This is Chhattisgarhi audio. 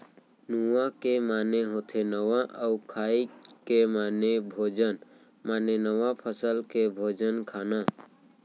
नुआ के माने होथे नवा अउ खाई के माने भोजन माने नवा फसल के भोजन खाना